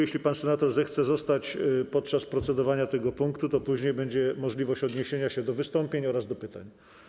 Jeśli pan senator zechce zostać podczas procedowania nad tym punktem, to później będzie możliwość odniesienia się do wystąpień oraz do pytań.